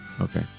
Okay